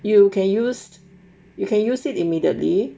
you can use you can use it immediately